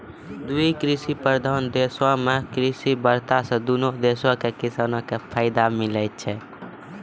दु कृषि प्रधान देशो मे कृषि वार्ता से दुनू देशो के किसानो के फायदा मिलै छै